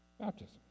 Baptism